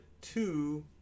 two